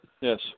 Yes